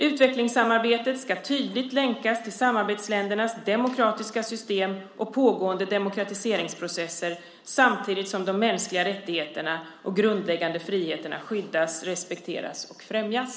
Utvecklingssamarbetet ska tydligt länkas till samarbetsländernas demokratiska system och pågående demokratiseringsprocesser samtidigt som de mänskliga rättigheterna och grundläggande friheterna skyddas, respekteras och främjas.